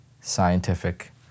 scientific